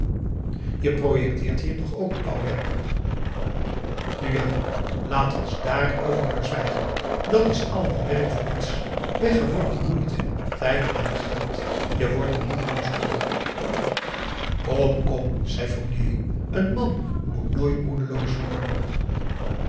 je projecteert hier toch ook bouwwerken nu ja laat ons dààrover maar zwijgen dat is allemaal werk voor niets weggeworpen moeite tijd en geld je wordt er moedeloos onder p a daum de van der lindens c s onder ps maurits kom kom zei fournier een man moet nooit moedeloos worden